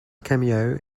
cameo